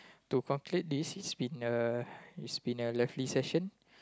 to conclude this it's been a it's been a lovely session